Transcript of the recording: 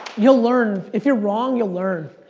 you'll learn, if you're wrong, you'll learn.